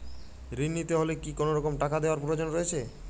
ঋণ নিতে হলে কি কোনরকম টাকা দেওয়ার প্রয়োজন রয়েছে?